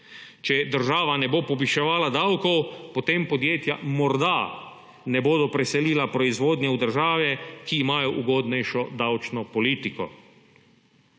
Če država ne bo poviševala davkov, potem podjetja morda ne bodo preselila proizvodnje v države, ki imajo ugodnejšo davčno politiko.